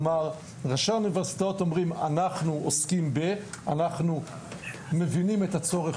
כלומר ראשי האוניברסיטאות אומרים אנחנו עוסקים ומבינים את הצורך,